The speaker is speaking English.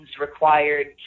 required